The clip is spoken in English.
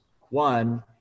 one